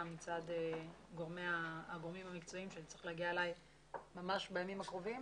של הגורמים המקצועיים והוא צריך להגיע אלי ממש בימים הקרובים.